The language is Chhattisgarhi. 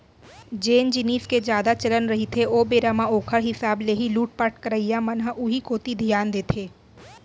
जेन जिनिस के जादा चलन रहिथे ओ बेरा म ओखर हिसाब ले ही लुटपाट करइया मन ह उही कोती धियान देथे